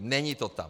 Není to tam.